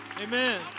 Amen